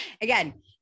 Again